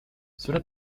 cela